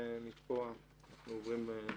ומפה אנחנו עוברים אליכם.